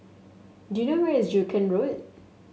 do you know where is Joo Koon Road